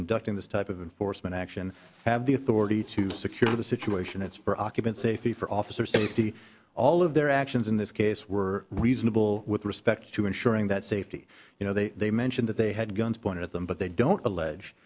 conducting this type of enforcement action have the authority to secure the situation it's for occupant safety for officer safety all of their actions in this case were reasonable with respect to ensuring that safety you know they they mentioned that they had guns pointed at them but they don't allege